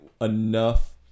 enough